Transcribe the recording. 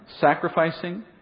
sacrificing